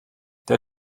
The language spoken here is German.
der